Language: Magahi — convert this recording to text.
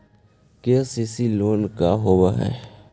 के.सी.सी लोन का होब हइ?